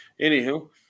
anywho